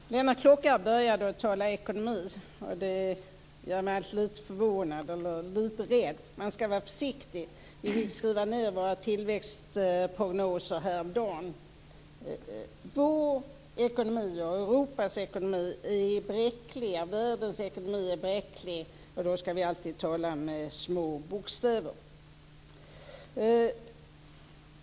Fru talman! Lennart Klockare började tala ekonomi. Det gör mig lite förvånad och lite rädd. Man skall vara försiktig. Vi fick skriva ned våra tillväxtprognoser häromdagen. Vår ekonomi och Europas ekonomi är bräcklig. Världens ekonomi är bräcklig. Därför skall vi alltid tala med små bokstäver.